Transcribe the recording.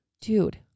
dude